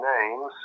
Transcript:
names